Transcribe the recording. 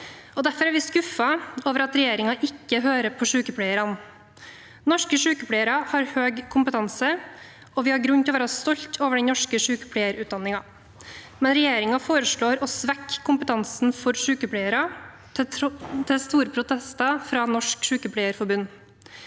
Derfor er vi skuffet over at regjeringen ikke hører på sykepleierne. Norske sykepleiere har høy kompetanse, og vi har grunn til å være stolte av den norske sykepleierutdanningen. Men regjeringen foreslår å svekke kompetansen for sykepleiere, til store protester fra Norsk Sykepleierforbund.